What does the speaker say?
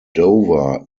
dover